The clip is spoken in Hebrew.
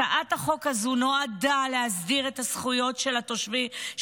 הצעת החוק הזו נועדה להסדיר את הזכויות של התושבים